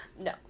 no